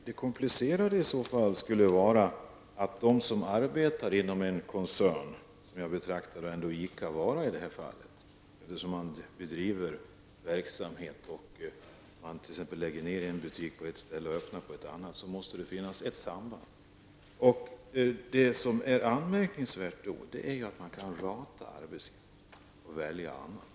Herr talman! Det komplicerade i denna fråga skulle i så fall vara att ICA -- som jag betraktar som en koncern i detta fall -- t.ex. lägger ner en butik på ett ställe och öppnar på ett annat. Det som är anmärkningsvärt är att man kan rata en arbetstagare och välja en annan.